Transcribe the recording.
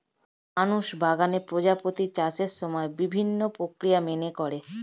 মানুষ বাগানে প্রজাপতির চাষের সময় বিভিন্ন প্রক্রিয়া মেনে করে